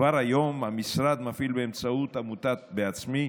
כבר היום המשרד מפעיל באמצעות עמותת "בעצמי"